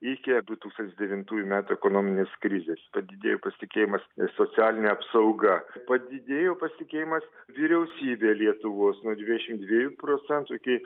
iki du tūkstantis devintųjų metų ekonominės krizės padidėjo pasitikėjimas socialine apsauga padidėjo pasitikėjimas vyriausybe lietuvos nuo dvidešimt dviejų procentų iki